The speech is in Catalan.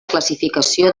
classificació